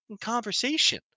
conversation